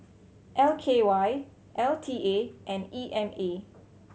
L K Y L T A and E M A